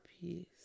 peace